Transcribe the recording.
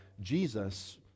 Jesus